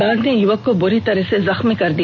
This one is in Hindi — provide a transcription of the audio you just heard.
बाघ ने युवक को बूरी तरह से जख्मी कर दिया